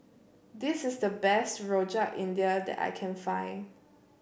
this is the best Rojak India that I can find